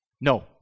No